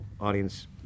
audience